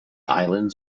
islands